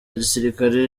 gisirikare